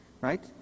right